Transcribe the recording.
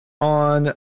on